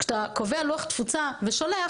כשאתה קובע לוח תפוצה ושולח,